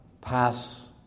pass